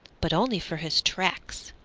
but only for his tracks.